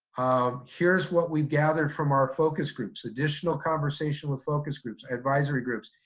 here's what we've gathered from our focus groups, additional conversation with focus groups, advisory groups.